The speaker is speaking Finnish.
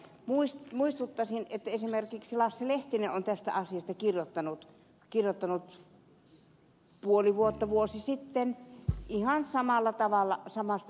minä muistuttaisin että esimerkiksi lasse lehtinen on tästä asiasta kirjoittanut puoli vuotta tai vuosi sitten ihan samalla tavalla samasta asiasta